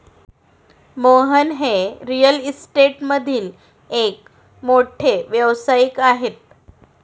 मोहन हे रिअल इस्टेटमधील एक मोठे व्यावसायिक आहेत